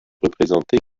présentés